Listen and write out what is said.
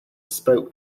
spoke